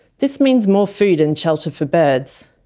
this means more food and shelter for birds.